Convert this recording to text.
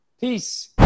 Peace